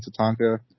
Tatanka